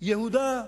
יהודה.